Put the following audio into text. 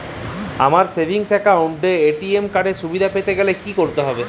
আমার savings account এ ATM card এর সুবিধা পেতে গেলে কি করতে হবে?